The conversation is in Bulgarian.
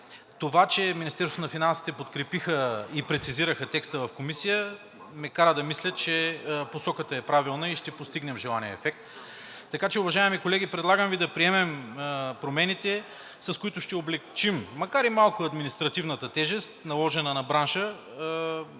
финансите подкрепиха и прецизираха текста в Комисията, ме кара да мисля, че посоката е правилна и ще постигнем желания ефект. Уважаеми колеги, предлагам Ви да приемем промените, с които ще облекчим, макар и малко, административната тежест, наложена на бранша.